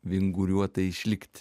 vinguriuotai išlikt